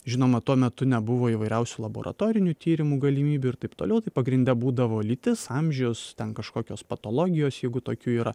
žinoma tuo metu nebuvo įvairiausių laboratorinių tyrimų galimybių ir taip toliau tai pagrinde būdavo lytis amžius ten kažkokios patologijos jeigu tokių yra